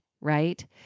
right